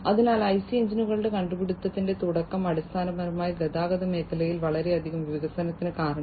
അതിനാൽ ഐസി എഞ്ചിനുകളുടെ കണ്ടുപിടുത്തത്തിന്റെ തുടക്കം അടിസ്ഥാനപരമായി ഗതാഗത മേഖലയിൽ വളരെയധികം വികസനത്തിന് കാരണമായി